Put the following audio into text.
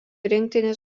rinktinės